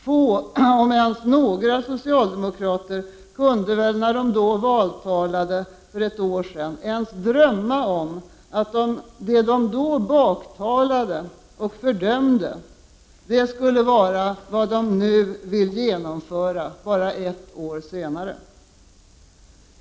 Få, om ens några, socialdemokrater kunde väl när de valtalade för ett år sedan ens drömma om att det som de då baktalade och fördömde skulle vara vad de nu vill genomföra, bara ett år senare.